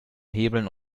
hebeln